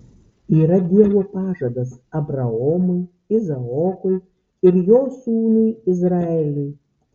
yra dievo pažadas abraomui izaokui ir jo sūnui izraeliui